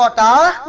da